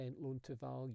loan-to-value